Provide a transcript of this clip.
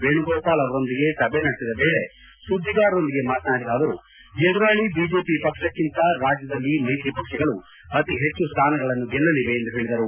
ವೇಣುಗೋಪಾಲ್ ಅವರೊಂದಿಗೆ ಸಭೆ ನಡೆಸಿದ ವೇಳೆ ಸುದ್ದಿಗಾರರೊಂದಿಗೆ ಮಾತನಾಡಿದ ಅವರು ಎದುರಾಳಿ ಬಿಜೆಪಿ ಪಕ್ಷಕ್ಕಿಂತ ರಾಜ್ಯದಲ್ಲಿ ಮೈತ್ರಿ ಪಕ್ಷಗಳು ಅತಿಹೆಚ್ಚು ಸ್ಥಾನಗಳನ್ನು ಗೆಲ್ಲಲಿವೆ ಎಂದು ಹೇಳಿದರು